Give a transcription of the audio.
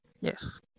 Yes